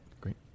Great